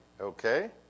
Okay